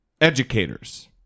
Educators